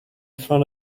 front